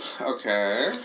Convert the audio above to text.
Okay